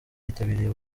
yitabiriye